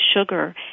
sugar